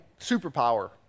superpower